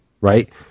right